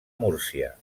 múrcia